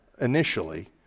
initially